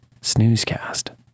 snoozecast